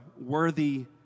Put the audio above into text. worthy